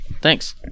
Thanks